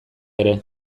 ere